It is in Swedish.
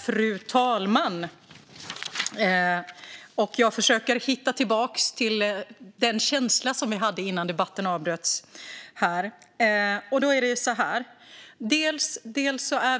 Fru talman! Jag försöker hitta tillbaka till den känsla som vi hade innan debatten avbröts. Vi är